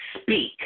speak